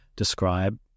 describe